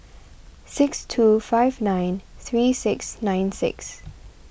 six two five nine three six nine six